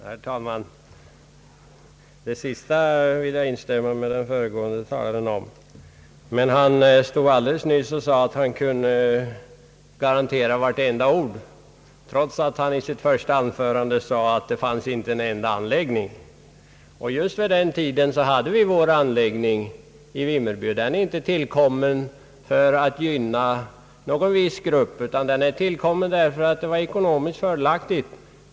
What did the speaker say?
Herr talman! I det sista vill jag instämma med den föregående talaren! Emellertid stod han alldeles nyss och sade, att han kunde garantera att vartenda ord var sant, trots att han i sitt första anförande sade, att vi inte hade en enda vedeldad anläggning. Just vid den tiden hade vi vår anläggning klar i Vimmerby, och den eldas med ved — inte för att gynna någon viss grupp, utan därför att det var ekonomiskt fördelaktigt.